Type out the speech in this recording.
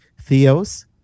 Theos